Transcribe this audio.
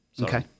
Okay